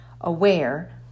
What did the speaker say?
aware